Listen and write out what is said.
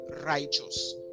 righteous